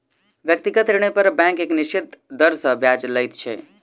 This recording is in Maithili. व्यक्तिगत ऋण पर बैंक एक निश्चित दर सॅ ब्याज लैत छै